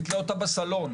תתלה אותה בסלון.